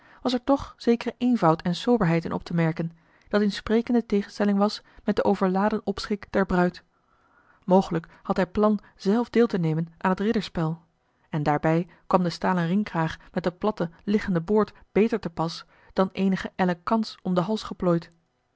was er toch zekeren eenvoud en soberheid in op te merken dat in sprekende tegenstelling was met den overladen opschik der bruid mogelijk had hij plan zelf deel te nemen aan het ridderspel en daarbij kwam de stalen ringkraag met de platte liggende boord beter te pas dan eenige ellen kants om den hals geplooid